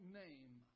name